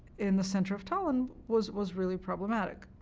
in the center of town was was really problematic.